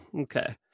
Okay